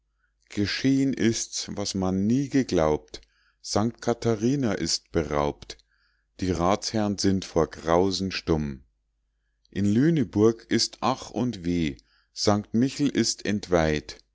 geschehn ist was man nie geglaubt sankt katharina ist beraubt die ratsherrn sind vor grausen stumm in lüneburg ist ach und weh sankt michel ist entweiht